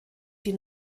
die